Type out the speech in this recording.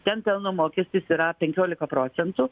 ten pelno mokestis yra penkiolika procentų